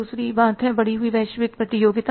दूसरी बात है बढ़ी हुई वैश्विक प्रतियोगिता